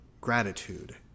gratitude